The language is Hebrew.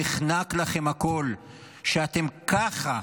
איך לא נחנק לכם הקול כשאתם ככה,